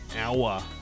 hour